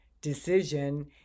decision